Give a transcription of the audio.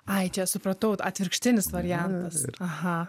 ai čia supratau atvirkštinis variantas aha